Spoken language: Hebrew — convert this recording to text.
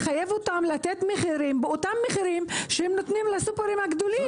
לחייב אותם לתת מחירים באותם מחירים שהם נותנים לסופרים הגדולים.